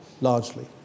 largely